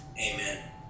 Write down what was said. amen